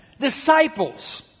disciples